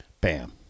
Bam